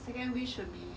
second wish should be